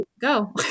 go